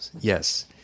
Yes